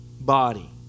body